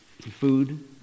food